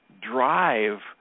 drive